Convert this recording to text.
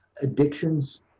addictions